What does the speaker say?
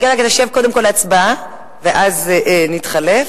נשב קודם להצבעה ואז נתחלף.